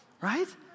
right